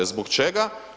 Zbog čega?